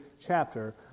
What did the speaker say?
chapter